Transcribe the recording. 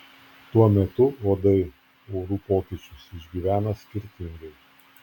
tuo metu uodai orų pokyčius išgyvena skirtingai